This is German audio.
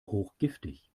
hochgiftig